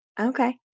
Okay